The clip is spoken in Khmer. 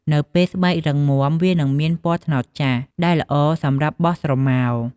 នៅពេលស្បែករឹងមាំ វានិងមានពណ៌ត្នោតចាស់ ដែលល្អសម្រាប់បោះស្រមោល។